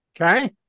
Okay